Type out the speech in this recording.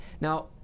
Now